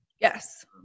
Yes